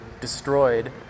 destroyed